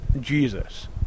Jesus